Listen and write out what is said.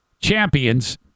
champions